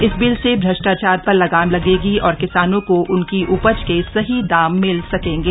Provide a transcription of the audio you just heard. इस बिल से भ्रष्टाचार पर लगाम लगेगी और किसानों को उनकी उपज के सही दाम मिल सकेंगे